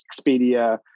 Expedia